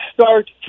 start